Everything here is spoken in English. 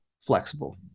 flexible